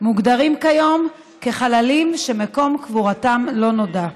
מוגדרים כיום כחללים שמקום קבורתם לא נודע?